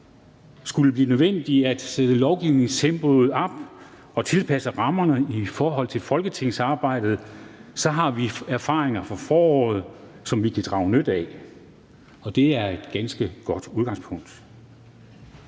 skulle blive nødvendigt at sætte lovgivningstempoet op og tilpasse rammerne i forhold til folketingsarbejdet, så har vi erfaringer fra foråret, som vi kan drage nytte af. Det er et ganske godt udgangspunkt.